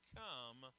come